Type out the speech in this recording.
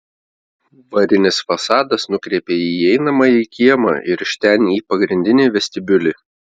varinis fasadas nukreipia į įeinamąjį kiemą ir iš ten į pagrindinį vestibiulį